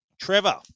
Trevor